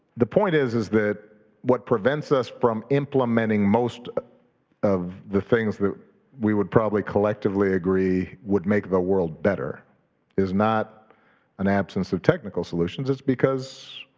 the point is is that what prevents us from implementing most of the things that we would probably collectively agree would make the world better is not an absence of technical solutions. it's because